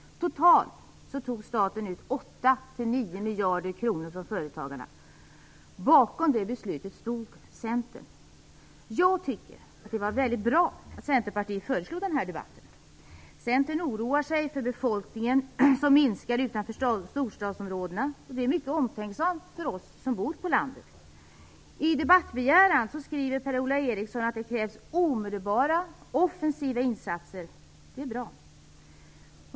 Totalt tog staten ut 8-9 miljarder kronor från företagarna. Bakom det beslutet stod Centern. Jag tycker att det var väldigt bra att Centerpartiet föreslog den här debatten. Centern oroar sig för att befolkningen minskar utanför storstadsområdena. Det är mycket omtänksamt om oss som bor på landet. I debattbegäran skriver Per-Ola Eriksson att det krävs omedelbara offensiva insatser. Det är bra.